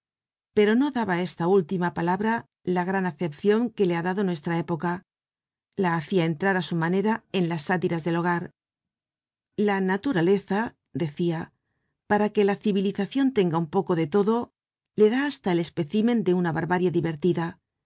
pero no daba á esta última palabra la gran acepcion que le ha dado nuestra época la hacia entrar á su manera en las sátiras del hogar la naturaleza decia para que la civilizacion tenga un poco de todo le da hasta el espécimen de una barbarie divertida